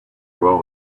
well